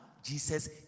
Jesus